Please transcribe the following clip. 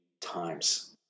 times